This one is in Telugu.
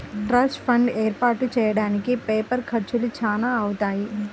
ట్రస్ట్ ఫండ్ ఏర్పాటు చెయ్యడానికి పేపర్ ఖర్చులు చానా అవుతాయి